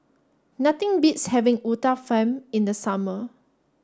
nothing beats having Uthapam in the summer